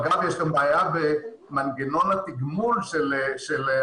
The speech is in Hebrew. יש לנו גם בעיה במנגנון התגמול של המכונים.